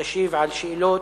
לשאול: